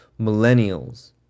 millennials